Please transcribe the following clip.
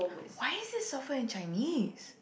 why is this suffer in Chinese